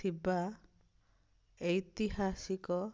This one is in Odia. ଥିବା ଐତିହାସିକ